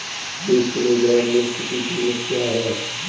एक किलोग्राम मिर्च की कीमत क्या है?